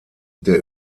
der